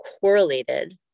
correlated